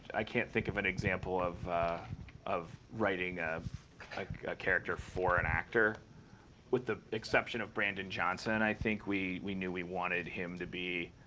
i can't think of an example of of writing a character for an actor with the exception of brandon johnson. i think we we knew we wanted him to be